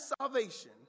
salvation